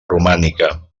romànica